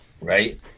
right